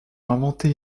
inventer